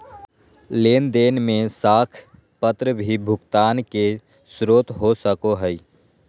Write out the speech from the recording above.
लेन देन में साख पत्र भी भुगतान के स्रोत हो सको हइ